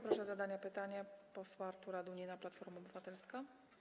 Proszę o zadanie pytania posła Artura Dunina, Platforma Obywatelska.